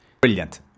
Brilliant